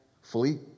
fully